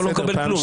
ואתה לא מקבל כלום.